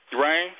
Rain